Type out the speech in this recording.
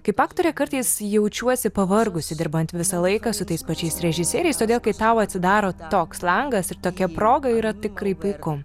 kaip aktorė kartais jaučiuosi pavargusi dirbant visą laiką su tais pačiais režisieriais todėl kai tau atsidaro toks langas ir tokia proga yra tikrai puiku